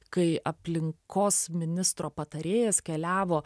kai aplinkos ministro patarėjas keliavo